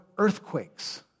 earthquakes